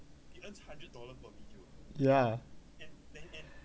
ya